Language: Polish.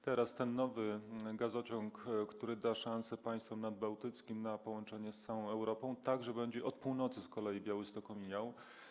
Teraz ten nowy gazociąg, który da szansę państwom nadbałtyckim na połączenie z całą Europą, także będzie, od północy z kolei, Białystok omijał.